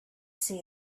see